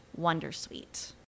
Wondersuite